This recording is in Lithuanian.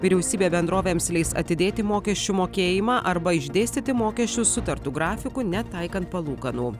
vyriausybė bendrovėms leis atidėti mokesčių mokėjimą arba išdėstyti mokesčius sutartu grafiku netaikant palūkanų